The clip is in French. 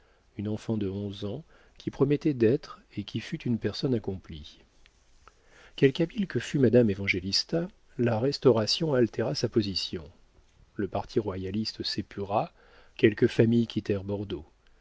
un enfant de onze ans qui promettait d'être et qui fut une personne accomplie quelque habile que fût madame évangélista la restauration altéra sa position le parti royaliste s'épura quelques familles quittèrent bordeaux